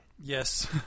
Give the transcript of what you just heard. Yes